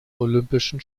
olympischen